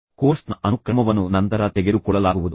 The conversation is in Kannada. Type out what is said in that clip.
ಈ ಕೋರ್ಸ್ನ ಅನುಕ್ರಮವನ್ನು ನಂತರ ತೆಗೆದುಕೊಳ್ಳಲಾಗುವುದು